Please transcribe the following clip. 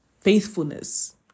faithfulness